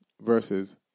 versus